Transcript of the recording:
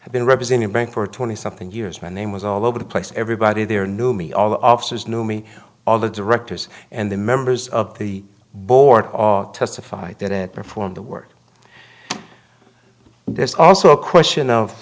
have been representing bank for twenty something years my name was all over the place everybody there knew me all the offices knew me all the directors and the members of the board all testified that it perform the work there's also a question